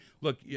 look